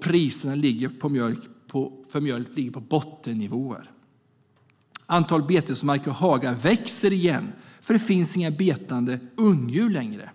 Priserna för mjölk ligger på bottennivåer. Betesmarker och hagar växer igen, för det finns inga betande ungdjur längre.